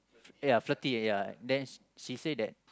yeah I flirty yeah then she say that